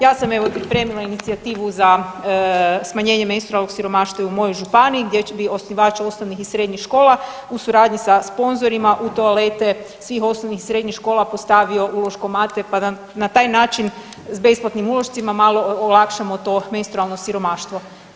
Ja sam evo pripremila inicijativu za smanjenje menstrualnog siromaštva i u moj županiji gdje bi osnivač osnovnih i srednjih škola u suradnji sa sponzorima u toalete svih osnovnih i srednjih škola postavio uloškomate pa da na taj način s besplatnim ulošcima malo olakšamo to menstrualno siromaštvo.